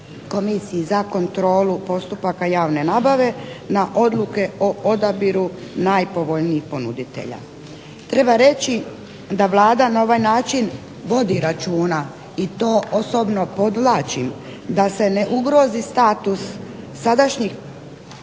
komisiji za kontrolu postupaka javne nabave na odluke o odabiru najpovoljnijih ponuditelja. Treba reći da Vlada vodi na ovaj način računa i to osobno podvlačim da se ne ugrozi status sadašnjih